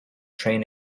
train